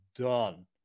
done